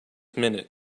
minute